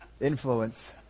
Influence